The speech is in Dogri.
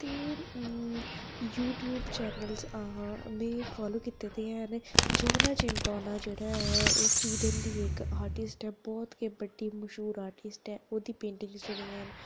ते यूट्यूब चैनल च में फालो कीते दे हैन जान जीन पाना जेह्ड़ा ऐ स्टूडेंट दी इक आर्टिस्ट ऐ बहुत गै बड़ी मश्हूर आर्टिस्ट ऐ न ओह्दी जेह्ड़ियां पेंटिंग्स न